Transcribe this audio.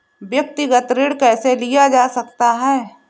व्यक्तिगत ऋण कैसे लिया जा सकता है?